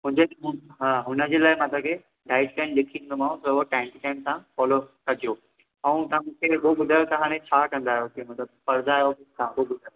मुंहिंजे हा हुनजे लाए मां तांखे ढाई स्टेंड लिखी डींदोमांव हूवो टाइम टू टाइम तां फॉलॉअप कजो अऊं तां मुखे हू बुधायो तां हाणे छा कंदा अहियो के मतलबि पढ़िदा अहियो